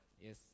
Yes